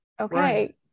okay